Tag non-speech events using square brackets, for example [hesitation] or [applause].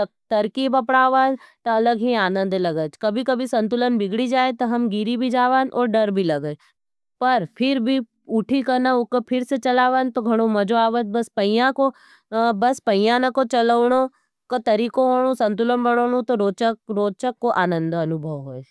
तरकीब [hesitation] अपनावन, त अलग ही आनंद लगज। कभी-कभी संतुलन बिगड़ जाई ते हम गिर भी जावज पर उठी के चलावन तो बड़ा मजा आवज। संतुलन बनान रोचक आनंद अनुभव हुई। [hesitation]